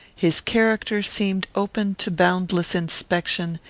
his character seemed open to boundless inspection,